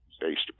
based